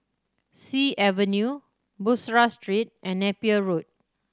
Sea Avenue Bussorah Street and Napier Road